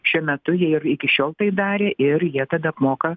šiuo metu jie ir iki šiol tai darė ir jie tada apmoka